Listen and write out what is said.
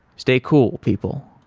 stay cool people.